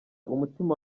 umutima